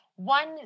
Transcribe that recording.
One